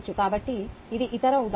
కాబట్టి ఇది ఇతర ఉదాహరణ